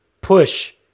push